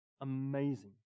amazing